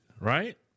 Right